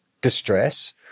distress